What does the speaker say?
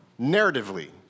narratively